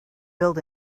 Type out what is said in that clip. build